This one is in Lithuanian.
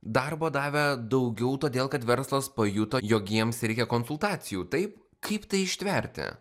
darbo davė daugiau todėl kad verslas pajuto jog jiems reikia konsultacijų taip kaip tai ištverti